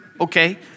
okay